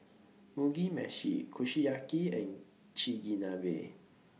Mugi Meshi Kushiyaki and Chigenabe